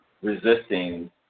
resisting